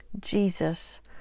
jesus